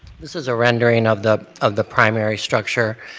this is a rendering of the of the primary structure.